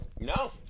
No